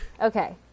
Okay